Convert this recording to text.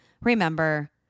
remember